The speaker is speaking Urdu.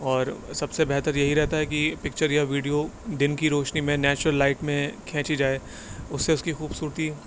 اور سب سے بہتر یہی رہتا ہے کہ پکچر یا ویڈیو دن کی روشنی میں نیچرل لائٹ میں کھینچی جائے اس سے اس کی خوبصورتی